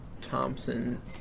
Thompson